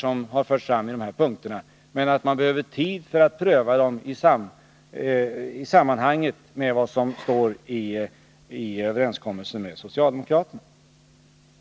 De nämnda frågorna kommer att prövas — naturligtvis — mot bakgrund av vad som står i överenskommelsen med socialdemokraterna.